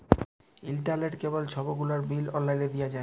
ইলটারলেট, কেবল ছব গুলালের বিল অললাইলে দিঁয়া যায়